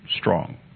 strong